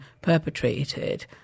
perpetrated